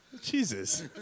Jesus